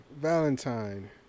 Valentine